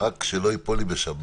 רק שלא ייפול לי בשבת.